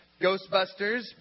Ghostbusters